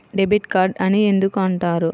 Debit card అని ఎందుకు అంటారు?